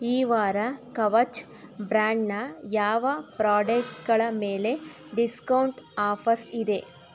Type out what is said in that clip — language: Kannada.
ಈ ವಾರ ಕವಚ್ ಬ್ರ್ಯಾಂಡ್ನ ಯಾವ ಪ್ರಾಡಕ್ಟ್ಗಳ ಮೇಲೆ ಡಿಸ್ಕೌಂಟ್ ಆಫರ್ಸ್ ಇದೆ